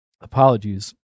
apologies